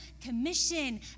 commission